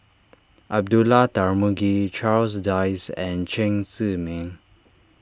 Abdullah Tarmugi Charles Dyce and Chen Zhiming